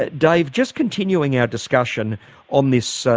ah dave, just continuing our discussion on this,